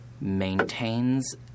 maintains